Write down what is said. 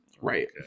right